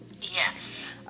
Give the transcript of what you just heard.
Yes